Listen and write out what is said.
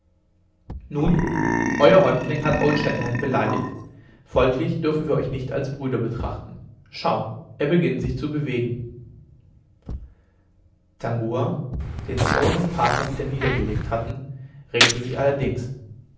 nun euer häuptling hat old shatterhand beleidigt folglich dürfen wir euch nicht als brüder betrachten schau er beginnt sich zu bewegen tangua den stone und parker wieder niedergelegt hatten regte sich allerdings